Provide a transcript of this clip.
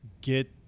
get